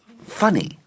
funny